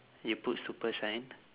you put super shine